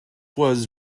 was